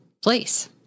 place